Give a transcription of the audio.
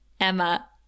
Emma